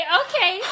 okay